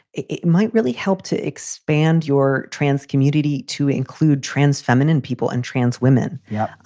it might really help to expand your trans community to include trans feminine people and trans women. yeah,